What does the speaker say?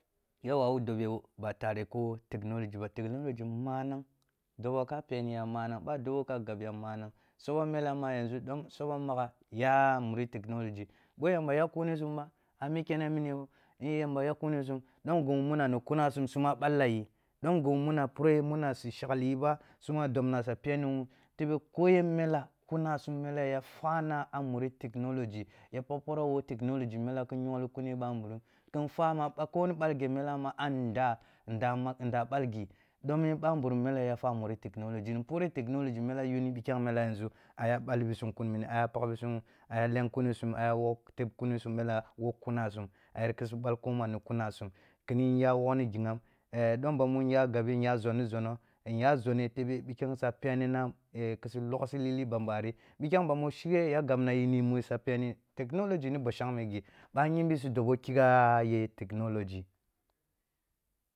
Ya wawu dube ɓa tarhi ko technology ba technology manang, dobo ka peniya manang, suɓo mela yanzu ɗom suɓo magha ya muri technology, ɓoh yamba yak kuni suni ba a mi kene mi ni ni yen ni yamba yak kunisum, dom ghi muna kunasum suma ɓalla yi, ɗom ghi muna pureh muna su shakli yi ba, suma dobna ya peni wan, tebe ko yen mela kunasum mele ya fwana a muri technology. Ya pagh poroh wo technology, nela ki nyongli kune ɓamburu, kin fwa ma, ko ni ɓalghi mela ma a nda, nda ah nda ɓal ghi ɗomme ɓamburum mele ya fwah a muri technology, ni poreh technology mele yunni pikhem mela yanzu a ya ɓalbisum kun mini, aya pagh bisum, aya len kuni sum, aya wok teb kunisum mela, wo kunasum, ayar ma su ɓalkun wo kuna sum, kiniyi nya wokni ghi’am, ɗom bamu nya gabe nya zong ni zonoh, nya zoneh tebe pikhem sa penina ki su lugha- lili ban ɓari, pihem ba mushighe ya gabnayi musa ya peni, technology ni ba shangme ghi, ɓah yimbi su dob wo kigha ye technology